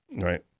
Right